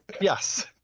Yes